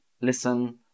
listen